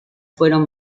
fueron